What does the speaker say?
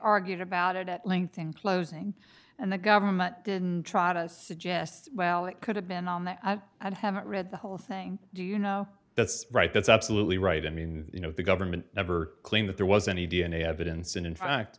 argued about it at length in closing and the government didn't try to suggest well it could have been on that i haven't read the whole thing do you know that's right that's absolutely right i mean you know the government never claimed that there was any d n a evidence and in fact